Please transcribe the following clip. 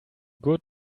good